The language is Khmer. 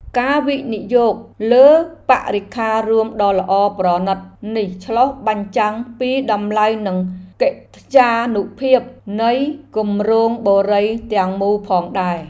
ការវិនិយោគលើបរិក្ខាររួមដ៏ល្អប្រណីតនេះឆ្លុះបញ្ចាំងពីតម្លៃនិងកិត្យានុភាពនៃគម្រោងបុរីទាំងមូលផងដែរ។